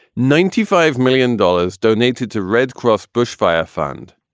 ninety five million dollars donated to red cross bushfire fund,